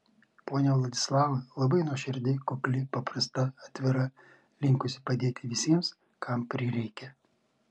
ponia vladislava labai nuoširdi kukli paprasta atvira linkusi padėti visiems kam prireikia